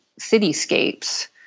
cityscapes